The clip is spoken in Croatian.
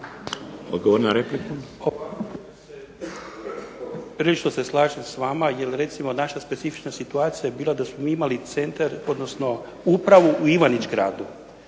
…/Govornik naknadno uključen./… slažem s vama jer recimo naša specifična situacija je bila da smo mi imali centar, odnosno upravu u Ivanić Gradu.